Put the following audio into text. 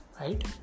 right